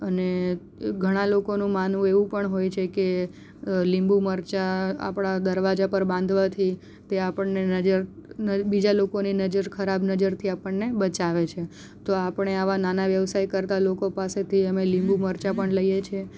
અને ઘણાં લોકોનું માનવું એવું પણ હોય છે કે લીંબુ મરચા આપણા દરવાજા પર બાંધવાથી તે આપણને નજર બીજા લોકોની નજર ખરાબ નજરથી આપણને બચાવે છે તો આપણે આવા નાના વ્યવસાય કરતા લોકો પાસેથી અમે લીંબુ મરચાં પણ લઈએ છીએ